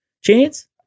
Chance